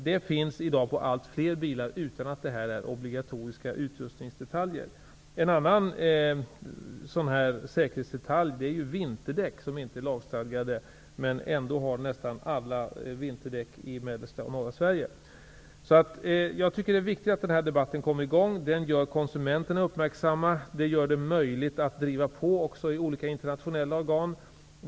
Detta finns i dag på allt fler bilar utan att det är obligatoriska utrustningsdetaljer. En annan sådan här säkerhetsdetalj är ju vinterdäck, som inte är lagstadgade. Ändå har nästan alla bilar vinterdäck i mellersta och norra Sverige. Jag tycker att det är viktigt att den här debatten kommer i gång. Den gör konsumenterna uppmärksamma. Den gör det möjligt att driva på i olika internationella organ.